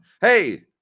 Hey